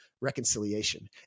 reconciliation